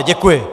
Děkuji.